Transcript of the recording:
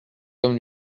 comme